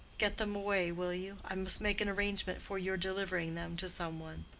get them away, will you? i must make an arrangement for your delivering them to some one.